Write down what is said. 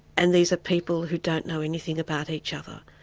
and these are people who don't know anything about each other.